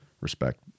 respect